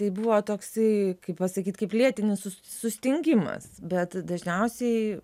tai buvo toksai kaip pasakyt kaip lėtinis sustingimas bet dažniausiai